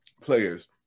players